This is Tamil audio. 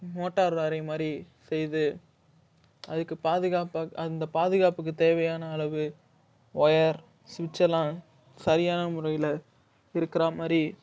மோட்டார் லாரி மாதிரி செய்து அதுக்கு பாதுகாப்பாக அந்த பாதுகாப்புக்குத் தேவையான அளவு ஒயர் சுச்செல்லாம் சரியான முறையில் இருக்குறா மாதிரி